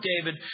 David